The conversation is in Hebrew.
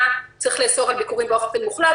צריך לאסור על ביקורים באופן מוחלט.